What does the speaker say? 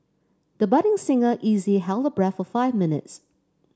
the budding singer easily held her breath for five minutes